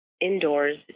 indoors